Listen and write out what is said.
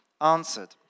answered